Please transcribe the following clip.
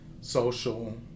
social